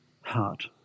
heart